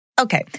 Okay